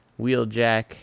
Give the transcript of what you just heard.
Wheeljack